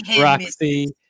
Roxy